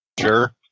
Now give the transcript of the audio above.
Sure